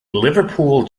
liverpool